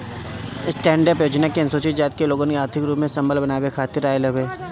stand up योजना अनुसूचित जाति के लोगन के आर्थिक रूप से संबल बनावे खातिर आईल हवे